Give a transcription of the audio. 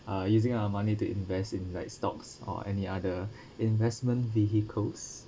uh using our money to invest in like stocks or any other investment vehicles